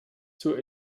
zur